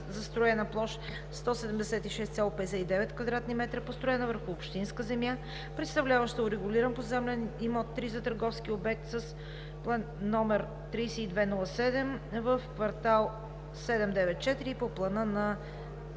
застроена площ 176,59 кв. м, построена върху общинска земя, представляваща урегулиран поземлен имот III – за търговски обект, с пл. № 3207 в квартал 794 по плана на